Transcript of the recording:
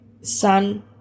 sun